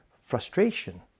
frustration